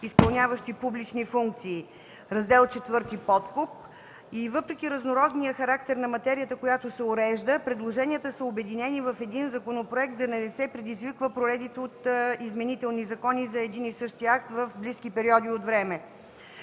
изпълняващи публични функции”, Раздел IV – „Подкуп”. Въпреки разнородния характер на материята, която се урежда, предложенията са обединени в един законопроект, за да не се предизвиква поредица от изменителни закони за един и същи акт в близки периоди от време.